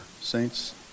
Saints